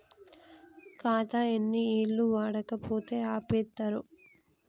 ఖాతా ఎన్ని ఏళ్లు వాడకపోతే ఆపేత్తరు?